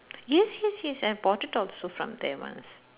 yes yes yes I bought it also from there once